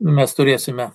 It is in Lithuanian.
mes turėsime